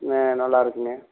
ஆ நல்லாயிருக்குங்க